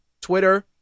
Twitter